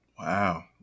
Wow